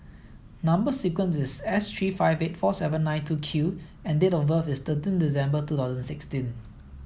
number sequence is S three five eight four seven nine two Q and date of birth is thirteen December two thousand sixteen